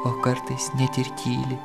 o kartais net ir tyli